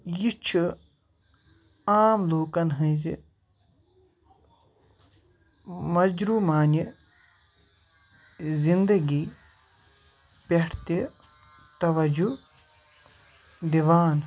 یہِ چھُ عام لوٗکَن ہٕنٛزِ مجرُمانہِ زنٛدگی پٮ۪ٹھ تہِ توجُہ دِوان